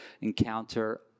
encounter